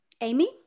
Amy